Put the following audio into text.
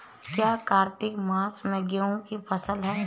क्या कार्तिक मास में गेहु की फ़सल है?